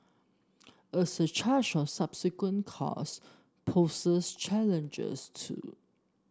a surcharge on subsequent cars poses challenges too